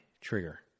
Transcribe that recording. trigger